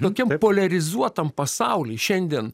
tokiam poliarizuotam pasauly šiandien